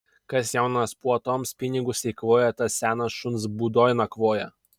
kas jaunas puotoms pinigus eikvojo tas senas šuns būdoj nakvoja